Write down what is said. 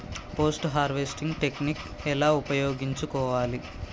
Post harvesting technique ఎలా ఉపయోగించుకోవాలి?